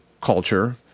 culture